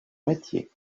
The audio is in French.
métier